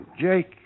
Jake